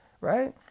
right